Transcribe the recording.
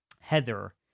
Heather